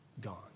gone